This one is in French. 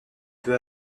peu